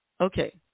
okay